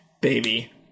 baby